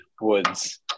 Woods